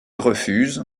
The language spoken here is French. refuse